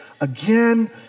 again